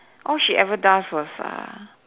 all she ever does was err